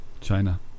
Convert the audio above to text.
China